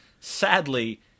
sadly